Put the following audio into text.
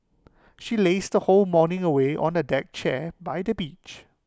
she lazed the whole morning away on A deck chair by the beach